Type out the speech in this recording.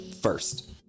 First